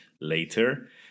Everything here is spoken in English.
later